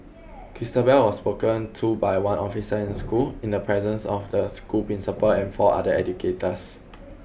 Christabel was spoken to by one officer in school in the presence of the school principal and four other educators